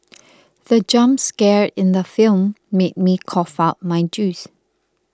the jump scare in the film made me cough out my juice